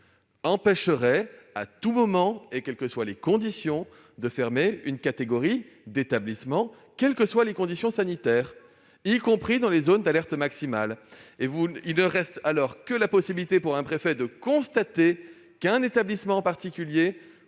empêcherait à tout moment de fermer une catégorie d'établissements, quelles que soient les conditions sanitaires, y compris dans les zones d'alerte maximale. Ne resterait alors que la possibilité pour un préfet de constater qu'un établissement en particulier